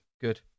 good